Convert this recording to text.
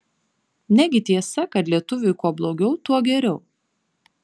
negi tiesa kad lietuviui kuo blogiau tuo geriau